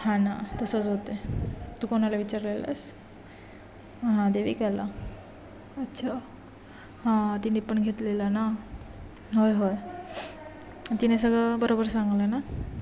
हा ना तसंच होते आहे तू कोणाला विचारलेलंस हां देविकाला अच्छा हां तिने पण घेतलेला ना होय होय तिने सगळं बरोबर सांगलं ना